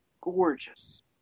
gorgeous